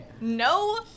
No